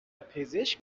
پزشک